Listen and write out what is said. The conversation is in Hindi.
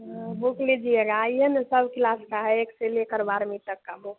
हाँ बुक लीजिएगा आइए न सब किलास का है एक से लेकर बारहवीं तक का बुक